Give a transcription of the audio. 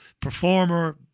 performer